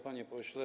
Panie Pośle!